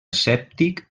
escèptic